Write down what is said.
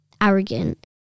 arrogant